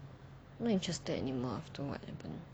not interested anymore after what happened